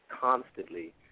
constantly